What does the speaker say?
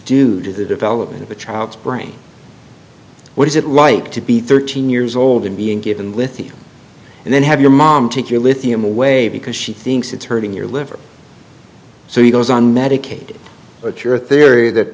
do to the development of a child's brain what is it like to be thirteen years old and being given lithium and then have your mom take your lithium away because she thinks it's hurting your liver so he goes on medicaid but your theory that